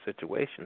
situation